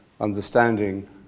understanding